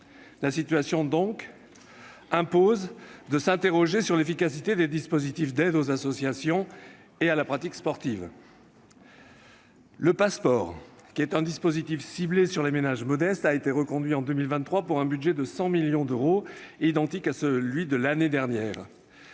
La situation impose donc de s'interroger sur l'efficacité des dispositifs d'aides aux associations et à la pratique sportive. Le Pass'Sport, dispositif ciblé sur les ménages modestes, a été reconduit en 2023, pour un budget de 100 millions d'euros, identique à celui de l'année dernière.